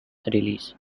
release